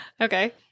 Okay